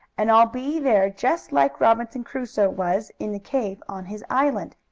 and i'll be there just like robinson crusoe was in the cave on his island.